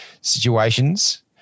situations